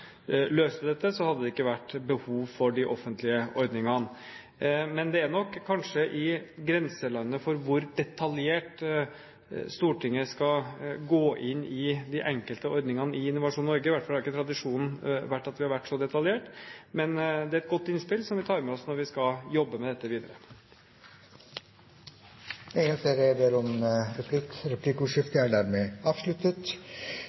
løste dette, hadde det ikke vært behov for de offentlige ordningene. Men det er nok kanskje i grenselandet for hvor detaljert Stortinget skal gå inn i de enkelte ordningene i Innovasjon Norge – i hvert fall har det ikke vært tradisjon at vi har vært så detaljert. Men det er et godt innspill som vi tar med oss når vi skal jobbe med dette videre. Replikkordskiftet er